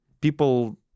people